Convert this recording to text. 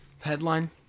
Headline